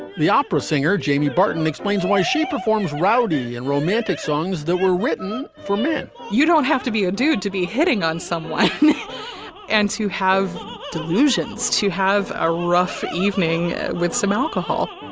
the opera singer jamie barton explains why she performs rowdy and romantic songs that were written for men. you don't have to be a dude to be hitting on someone and to have delusions to have a rough evening with some alcohol.